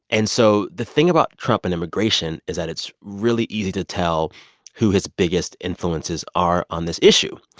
and so the thing about trump and immigration is that it's really easy to tell who his biggest influences are on this issue.